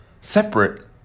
separate